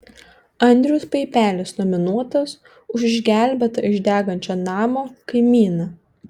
andrius paipelis nominuotas už išgelbėtą iš degančio namo kaimyną